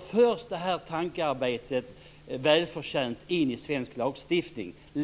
välförtjänta tankearbetet in i svensk lagstiftning.